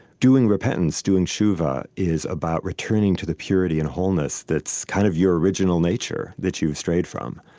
doing repentance, doing teshuvah, is about returning to the purity and wholeness that's kind of your original nature that you've strayed from.